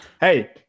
Hey